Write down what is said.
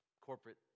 corporate